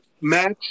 match